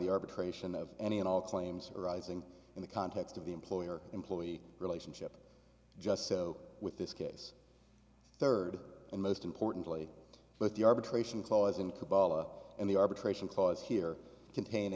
the arbitration of any and all claims arising in the context of the employer employee relationship just so with this case third and most importantly but the arbitration clause in kabbalah and the arbitration clause here contain